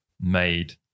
made